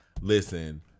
Listen